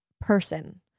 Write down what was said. person